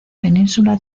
península